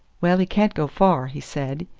well, he can't go far, he said.